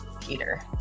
Peter